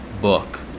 book